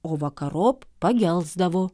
o vakarop pagelsdavo